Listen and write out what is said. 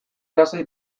lasai